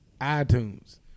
iTunes